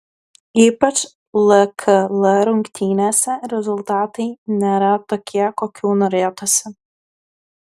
ypač lkl rungtynėse rezultatai nėra tokie kokių norėtųsi